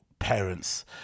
parents